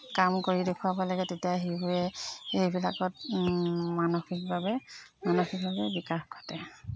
কাম কৰি দেখোৱাব লাগে তেতিয়া শিশুৱে এইবিলাকত মানসিকভাৱে মানসিকভাৱে বিকাশ ঘটে